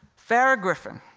farrah griffin.